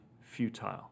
futile